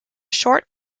short